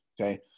okay